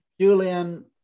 Julian